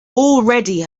already